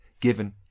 given